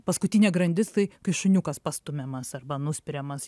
paskutinė grandis tai kai šuniukas pastumiamas arba nuspiriamas